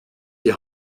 die